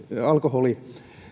alkoholin